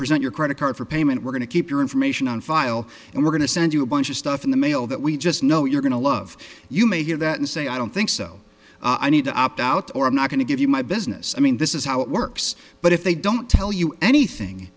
present your credit card for payment we're going to keep your information on file and we're going to send you a bunch of stuff in the mail that we just know you're going to love you may hear that and say i don't think so i need to opt out or i'm not going to give you my business i mean this is how it works but if they don't tell you anything